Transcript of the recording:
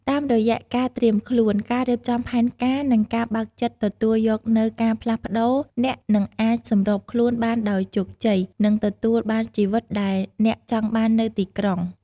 តាមរយៈការត្រៀមខ្លួន ការរៀបចំផែនការ និងការបើកចិត្តទទួលយកនូវការផ្លាស់ប្តូរ អ្នកនឹងអាចសម្របខ្លួនបានដោយជោគជ័យ និងទទួលបានជីវិតដែលអ្នកចង់បាននៅទីក្រុង។